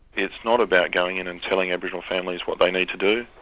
it's not about going in and telling aboriginal families what they need to do,